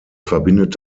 verbindet